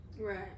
right